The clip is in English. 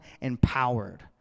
empowered